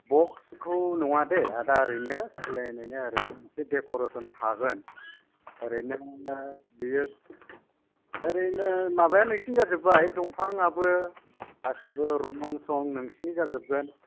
बक्सखौ नङा दे आदा ओरैनो प्लेनैनो ओरैनो देकरेसन थागोन ओरैनो बेयो ओरैनो माबाया नोंसिनि जाजोबबाय दंफांआबो गासिबो रं सं नोंसिनि जाजोबगोन